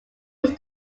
was